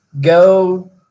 Go